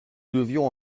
devions